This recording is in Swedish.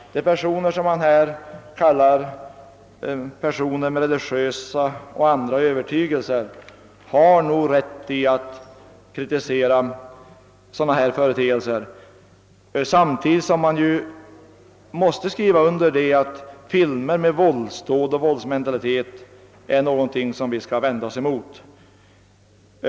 De människor som herr Hermansson kallar personer med religiösa och and ra övertygelser har nog rätt att kritisera dylika företeelser. Samtidigt måste man skriva under på att filmer med våldsdåd och våldsmentalitet är någonting vi skall vända oss mot.